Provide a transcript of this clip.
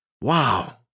Wow